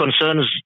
concerns